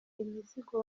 imizigo